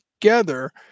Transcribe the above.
together